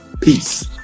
Peace